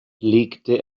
legte